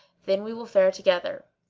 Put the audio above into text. then we will fare together.